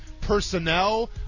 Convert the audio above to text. personnel